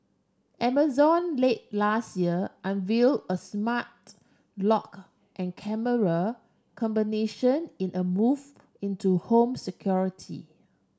amazon late last year unveil a smart lock and camera combination in a move into home security